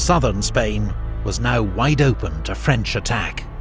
southern spain was now wide open to french attack.